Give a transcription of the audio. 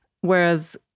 whereas